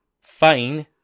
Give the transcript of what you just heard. fine